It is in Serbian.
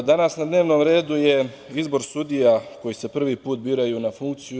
Danas na dnevnom redu je izbor sudija koji se prvi put biraju na funkciju.